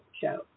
Show